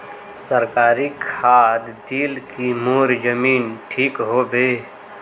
सरकारी खाद दिल की मोर जमीन ठीक होबे?